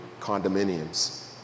condominiums